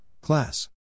Class